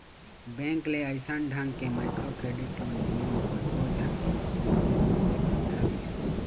bank ले अइसन ढंग के माइक्रो क्रेडिट लोन मिले म कतको झन के जिनगी सँवरे बर धर लिस